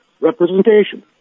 representation